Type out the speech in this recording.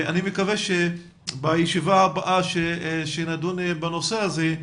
אני מקווה שבישיבה הבאה שנדון בנושא הזה,